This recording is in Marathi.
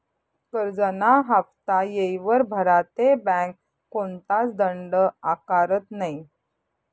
करजंना हाफ्ता येयवर भरा ते बँक कोणताच दंड आकारत नै